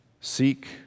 Seek